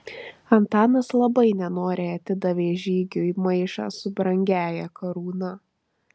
antanas labai nenoriai atidavė žygiui maišą su brangiąja karūna